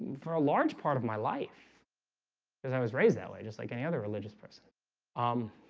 for a large part of my life because i was raised that way just like any other religious person um